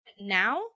now